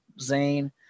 Zane